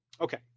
Okay